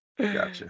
gotcha